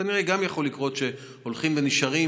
כנראה גם יכול לקרות שהולכים ונשארים